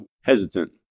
hesitant